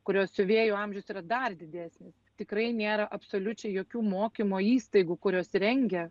kurios siuvėjų amžius yra dar didesnis tikrai nėra absoliučiai jokių mokymo įstaigų kurios rengia